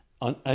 on